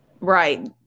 Right